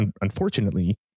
unfortunately